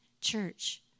church